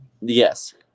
yes